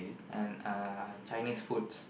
and uh Chinese foods